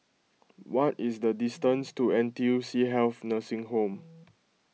what is the distance to N T U C Health Nursing Home